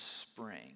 spring